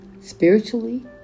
spiritually